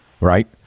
Right